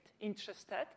interested